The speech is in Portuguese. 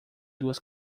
duas